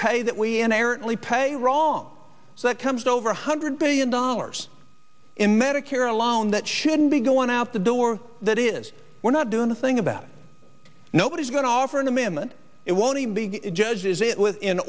pay that we an errantly pay wrong so it comes over one hundred billion dollars ours in medicare alone that shouldn't be going out the door that is we're not doing a thing about nobody's going to offer an amendment it won't even be judges i